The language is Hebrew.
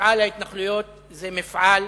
מפעל ההתנחלויות זה מפעל,